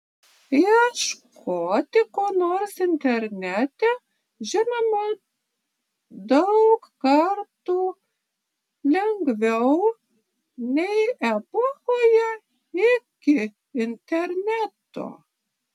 ieškoti ko nors internete žinoma daug kartų lengviau nei epochoje iki interneto